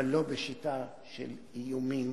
אבל לא בשיטה של איומים